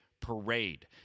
parade